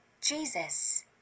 Jesus